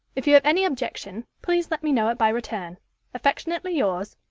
if you have any objection, please let me know it by return affectionately yours,